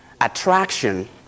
attraction